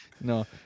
No